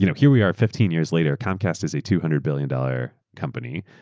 you know here we are fifteen years later comcast is a two hundred billion dollars company.